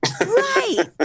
Right